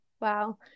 Wow